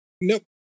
Nope